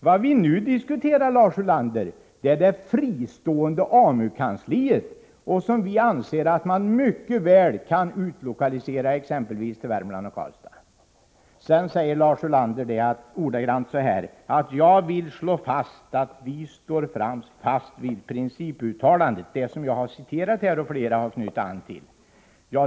Vad vi nu diskuterar, Lars Ulander, är det fristående AMU-kansliet, som vi anser att man mycket väl kan utlokalisera exempelvis till Värmland och Karlstad. Sedan säger Lars Ulander så här: Jag vill slå fast att vi står fast vid principuttalandet. Han menade ett uttalande som jag har citerat här och flera har knutit an till.